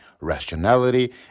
rationality